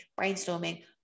brainstorming